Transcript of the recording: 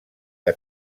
que